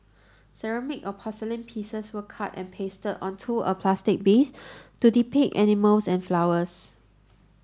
ceramic or porcelain pieces were cut and pasted onto a plaster base to depict animals and flowers